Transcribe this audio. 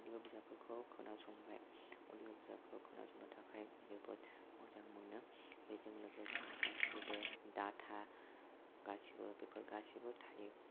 अडिअ बिजाबफोरखौ खोनासंनाय अडिअ बिजाबफोरखौ खोनासंनो थाखाय जोबोद मोजां मोनो बेजों लोगोसे गासैबो डाटा गासैबो बेफोर गासैबो थायो